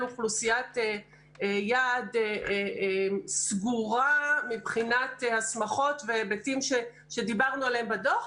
אוכלוסיית יעד סגורה מבחינת הסמכות והיבטים שדיברנו עליהם בדוח.